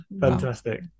Fantastic